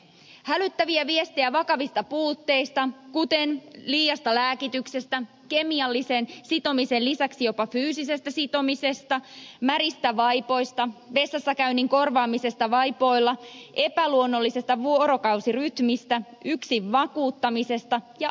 hälyttäviä viestejä tulee vakavista puutteista kuten liiasta lääkityksestä kemiallisen sitomisen lisäksi jopa fyysisestä sitomisesta märistä vaipoista vessassa käynnin korvaamisesta vaipoilla epäluonnollisesta vuorokausirytmistä yksin makuuttamisesta ja aliravitsemuksesta